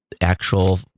actual